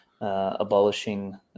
abolishing